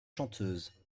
chanteuse